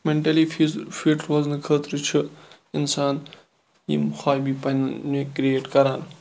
mentally فِز fit روزنہٕ خٲطرٕ چھُ اِنسان یِم ہابی پَننہِ کرییٹ کَران